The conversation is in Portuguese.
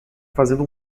fazendo